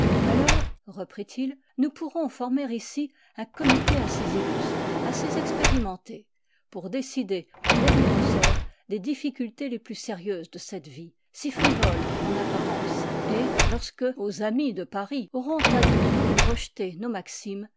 alors reprit-il nous pourrons former ici un comité assez illustre assez expérimenté pour décider en dernier ressort des difficultés les plus sérieuses de cette vie si frivole en apparence et lorsque vos amis de paris auront admis ou rejeté nos maximes